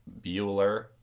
Bueller